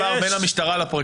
מה הפער בין המשטרה לפרקליטות?